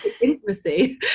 intimacy